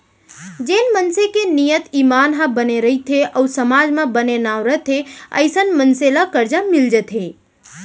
जेन मनसे के नियत, ईमान ह बने रथे अउ समाज म बने नांव रथे अइसन मनसे ल करजा मिल जाथे